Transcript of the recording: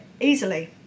easily